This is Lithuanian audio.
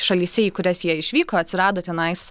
šalyse į kurias jie išvyko atsirado tenais